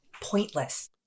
pointless